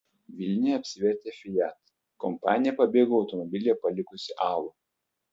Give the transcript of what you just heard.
vilniuje apsivertė fiat kompanija pabėgo automobilyje palikusi alų